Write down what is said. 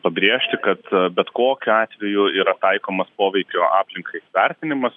pabrėžti kad bet kokiu atveju yra taikomas poveikio aplinkai vertinimas